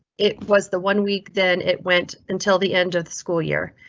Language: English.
it was the one week then it went until the end of the school year.